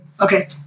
Okay